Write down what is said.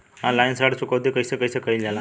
Online ऋण चुकौती कइसे कइसे कइल जाला?